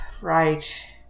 right